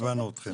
הבנו אתכם.